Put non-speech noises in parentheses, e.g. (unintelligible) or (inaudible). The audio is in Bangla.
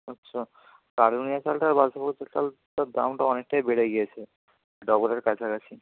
আচ্ছা কালোনুনিয়া চালটা আর (unintelligible) চালটার (unintelligible) দামটা অনেকটাই বেড়ে গিয়েছে ডবলের কাছাকাছি